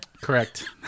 correct